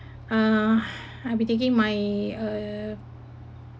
uh I'll be taking my uh